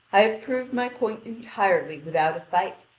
i have proved my point entirely without a fight,